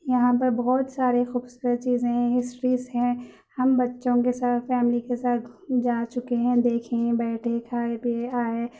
یہاں پر بہت سارے خوبصورت چیزیں ہیں ہسٹریس ہیں ہم بچّوں کے ساتھ فیملی کے ساتھ جا چکے ہیں دیکھے ہیں بیٹھے کھائے پیے آئے